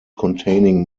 containing